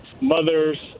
mothers